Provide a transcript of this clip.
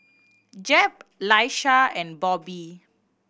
Jep Laisha and Bobbi